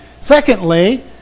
secondly